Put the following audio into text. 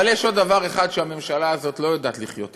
אבל יש עוד דבר אחד שהממשלה הזאת לא יודעת לחיות אתו,